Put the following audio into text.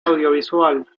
audiovisual